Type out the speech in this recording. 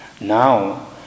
now